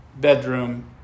bedroom